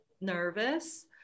nervous